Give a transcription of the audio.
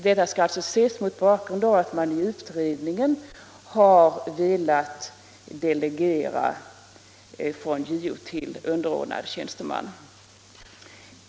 Detta skall då ses mot bakgrund av att man i utredningen hade velat delegera från JO till underordnad tjänsteman.